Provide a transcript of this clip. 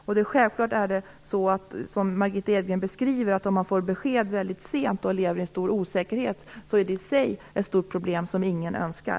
Om man som Margitta Edgren beskriver får besked väldigt sent och lever i stor osäkerhet är detta självfallet i sig ett stort problem som ingen önskar.